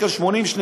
1.80 שקלים,